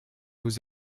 vous